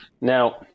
Now